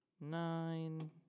Nine